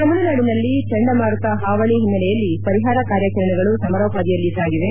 ತಮಿಳುನಾಡಿನಲ್ಲಿ ಚಂಡಮಾರುತ ಪಾವಳಿ ಹಿನ್ನೆಲೆಯಲ್ಲಿ ಪರಿಪಾರ ಕಾರ್ಯಾಚರಣೆಗಳು ಸಮರೋಪಾದಿಯಲ್ಲಿ ಸಾಗಿದೆ